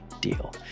deal